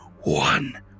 one